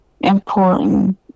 important